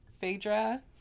Phaedra